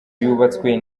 yubatswe